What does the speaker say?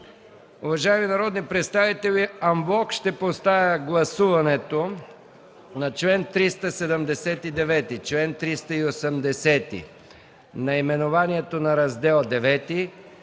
Уважаеми народни представители, анблок ще поставя на гласуване на членове 379, 380, наименованието на Раздел